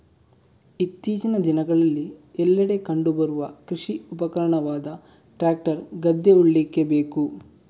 ಇತ್ತೀಚಿನ ದಿನಗಳಲ್ಲಿ ಎಲ್ಲೆಡೆ ಕಂಡು ಬರುವ ಕೃಷಿ ಉಪಕರಣವಾದ ಟ್ರಾಕ್ಟರ್ ಗದ್ದೆ ಉಳ್ಳಿಕ್ಕೆ ಬೇಕು